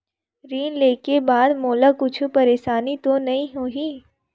ऋण लेके बाद मोला कुछु परेशानी तो नहीं होही?